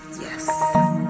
Yes